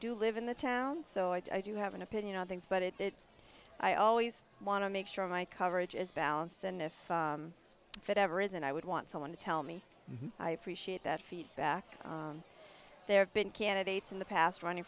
do live in the town so i do have an opinion on things but it that i always want to make sure my coverage as balanced and if it ever is and i would want someone to tell me i appreciate that feedback there have been candidates in the past running